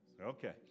Okay